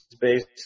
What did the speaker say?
based